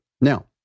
Now